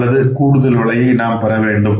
அல்லது கூடுதல் விலை நாம் பெற வேண்டும்